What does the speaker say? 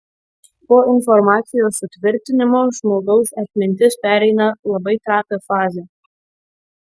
po informacijos sutvirtinimo žmogaus atmintis pereina labai trapią fazę